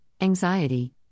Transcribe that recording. anxiety